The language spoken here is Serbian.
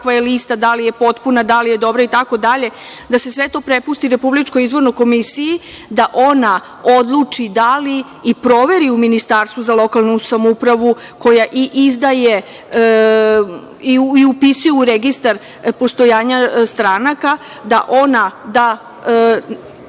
kakva je lista, da li je potpuna, da li je dobra itd, da se sve to prepusti RIK da ona odluči da li i proveri u Ministarstvu za lokalnu samoupravu koja i izdaje i upisuje u registar postojanja stranaka, da ona da